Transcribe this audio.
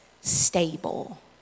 stable